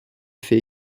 fait